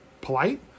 polite